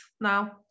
now